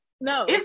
no